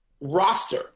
roster